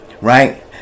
right